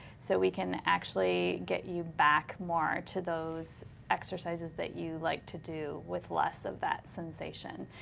so we can actually get you back more to those exercises that you like to do with less of that sensation.